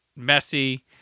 messy